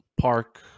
Park